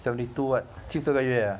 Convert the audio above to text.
seventy two what 七十个月 ah